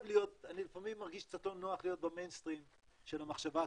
אני לפעמים מרגיש קצת לא נוח להיות במיינסטרים של המחשבה הכלכלית,